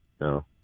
no